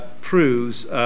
proves